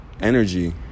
energy